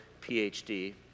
PhD